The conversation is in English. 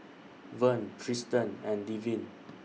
Vern Triston and Devin